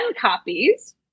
copies